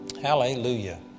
Hallelujah